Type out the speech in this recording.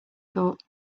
thought